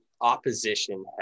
opposition